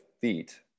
feet